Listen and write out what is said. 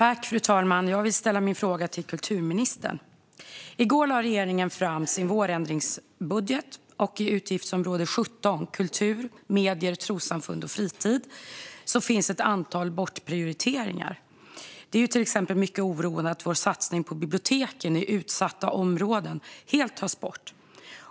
Fru talman! Jag vill ställa min fråga till kulturministern. I går lade regeringen fram sin vårändringsbudget, och i utgiftsområde 17, Kultur, medier, trossamfund och fritid, har ett antal bortprioriteringar gjorts. Det är till exempel mycket oroande att vår satsning på biblioteken i utsatta områden helt tas bort.